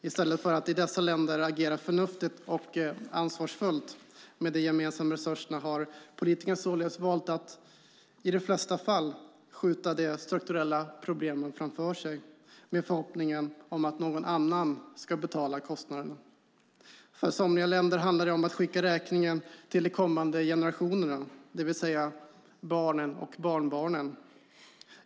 I stället för att i dessa länder agera förnuftigt och ansvarsfullt med de gemensamma resurserna har politikerna således valt att i de flesta fall skjuta de strukturella problemen framför sig, med förhoppningen att någon annan ska betala kostnaden. För somliga länder handlar det om att skicka räkningen till de kommande generationerna, det vill säga barnen och barnbarnen.